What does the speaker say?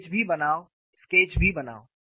sketch भी बनाओ sketch भी बनाओ